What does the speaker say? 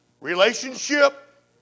Relationship